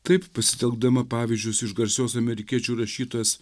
taip pasitelkdama pavyzdžius iš garsios amerikiečių rašytojas